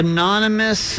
Anonymous